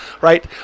right